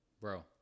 Bro